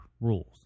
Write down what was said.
rules